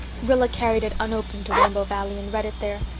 rilla carried it unopened to rainbow valley and read it there,